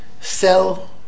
sell